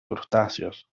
crustáceos